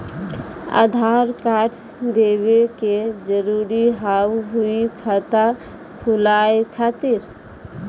आधार कार्ड देवे के जरूरी हाव हई खाता खुलाए खातिर?